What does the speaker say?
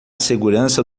segurança